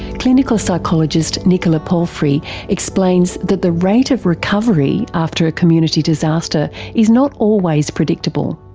clinical psychologist nicola palfrey explains that the rate of recovery after a community disaster is not always predictable.